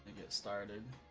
started